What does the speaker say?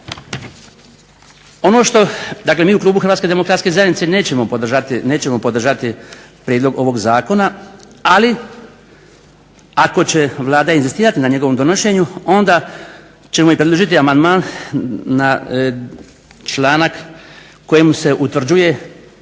Ono što dakle mi u klubu HDZ-a nećemo podržati prijedlog ovog zakona, ali ako će Vlada inzistirati na njegovom donošenju onda ćemo i predložiti amandman na članak kojim se utvrđuje